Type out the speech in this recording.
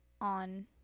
on